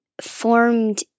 formed